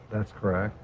that's correct.